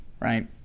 right